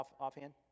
offhand